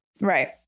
Right